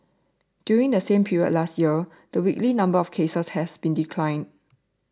during the same period last year the weekly number of cases had been decline